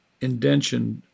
indention